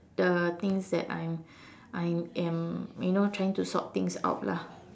the things that I'm I am you know trying to sort things out lah